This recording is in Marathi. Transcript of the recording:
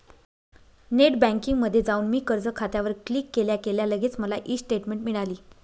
नेट बँकिंगमध्ये जाऊन मी कर्ज खात्यावर क्लिक केल्या केल्या लगेच मला ई स्टेटमेंट मिळाली